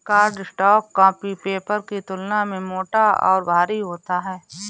cardstock copy paper की तुलना में मोटा और भारी होता है